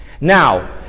Now